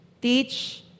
Teach